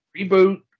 reboot